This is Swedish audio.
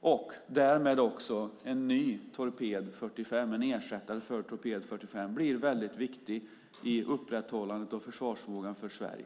och därmed blir en ersättare för torped 45 mycket viktig i upprätthållandet av försvarsförmågan för Sverige.